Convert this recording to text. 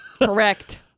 Correct